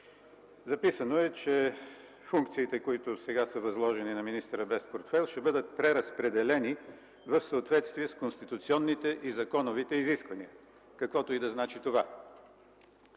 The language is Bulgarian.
Записано е, че функциите, които сега са възложени на министъра без портфейл, ще бъдат преразпределени в съответствие с конституционните и законовите изисквания, каквото и да значи това.